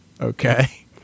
Okay